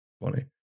funny